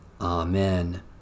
Amen